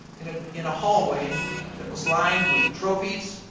in ah in a hallway that was lined with trophies